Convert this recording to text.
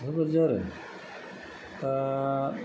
बेफोरबायदि आरो दा